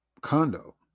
condo